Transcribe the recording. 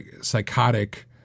psychotic